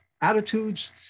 attitudes